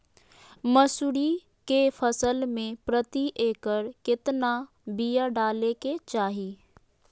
मसूरी के फसल में प्रति एकड़ केतना बिया डाले के चाही?